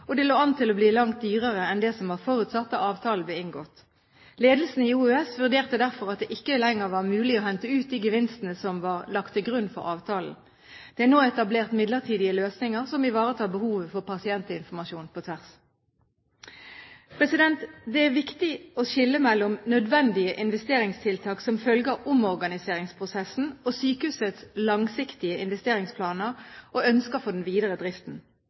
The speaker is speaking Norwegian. og det lå an til å bli langt dyrere enn det som var forutsatt da avtalen ble inngått. Ledelsen ved Oslo universitetssykehus vurderte derfor at det ikke lenger var mulig å hente ut de gevinstene som var lagt til grunn for avtalen. Det er nå etablert midlertidige løsninger som ivaretar behovet for pasientinformasjon på tvers. Det er viktig å skille mellom nødvendige investeringstiltak som følge av omorganiseringsprosessen og sykehusets langsiktige investeringsplaner og ønsker for den videre driften.